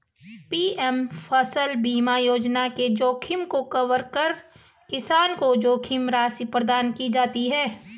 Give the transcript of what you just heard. PM फसल बीमा योजना में जोखिम को कवर कर किसान को जोखिम राशि प्रदान की जाती है